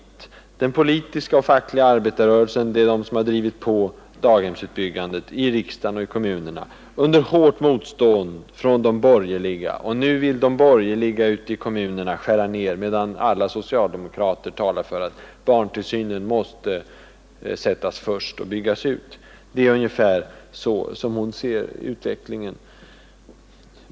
Det är den politiska och fackliga arbetarrörelsen som har drivit på daghemsutbyggandet, i riksdagen och i kommunerna, under hårt motstånd från de borgerliga. Och nu vill de borgerliga ute i kommunerna skära ned, medan alla socialdemokrater talar för att barntillsynen måste sättas först och byggas ut. Det är ungefär så fru Dahl ser utvecklingen.